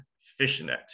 fishnet